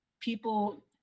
people